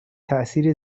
تاثیر